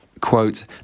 Quote